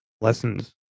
lessons